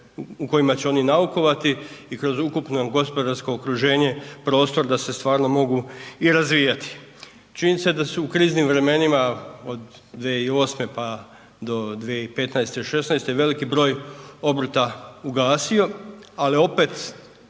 u kojima će oni naukovati i kroz ukupno gospodarsko okruženje, prostor da se stvarno mogu i razvijati. Činjenica je da su u kriznim vremenima od 2008. pa do 2015., 2016. veliki broj obrta ugasio ali opet